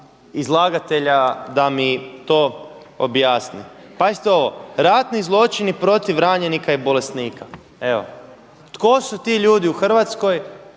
izlagatelja da mi to objasni. Pazite ovo! Radni zločini protiv ranjenika i bolesnika. Evo, tko su ti ljudi u Hrvatskoj